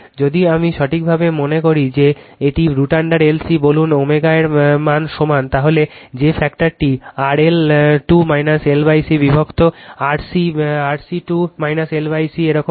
যদি আমি সঠিকভাবে মনে করি যে এটি √L C বলুন ω এর সমান তাহলে যে ফ্যাক্টরটি RL 2 LC বিভক্তRC 2 LC এরকম কিছু